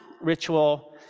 ritual